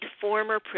former